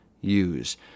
use